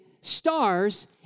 stars